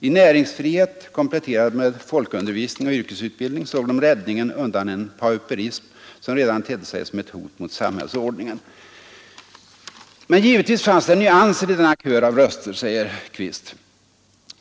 I näringsfrihet, kompletterad med folkundervisning och yrkesutbildning såg de räddningen undan en pauperism, som redan tedde sig som ett hot mot samhällsordningen.” Qvist fortsätter: ”Givetvis fanns det nyanser i denna kör av röster.